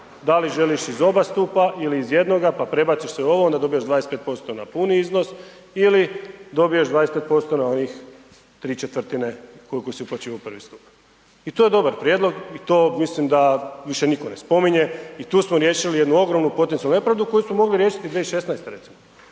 da li želiš iz oba stupa ili iz jednoga pa prebaciš se u ovog, onda dobiješ 25% na puni iznos ili dobiješ 25% na onih ¾ koliko si uplaćivao u prvi stup. I to je dobar prijedlog i to mislim da više nitko ne spominje i tu smo riješili jednu ogromnu potencijalnu nepravdu koju smo mogli riješiti 2016. recimo.